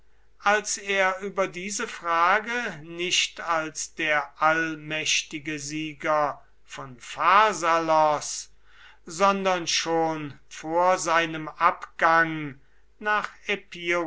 als er über diese frage nicht als der allmächtige sieger von pharsalos sondern schon vor seinem abgang nach